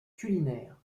culinaires